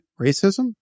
racism